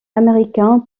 américain